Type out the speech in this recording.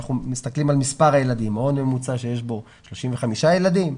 ואנחנו מסתכלים על מספר הילדים שיש בו 35 ילדים,